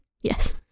Yes